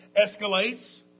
escalates